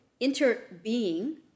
interbeing